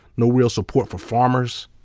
no real support for farmers.